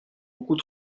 beaucoup